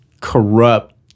corrupt